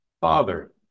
father